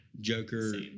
Joker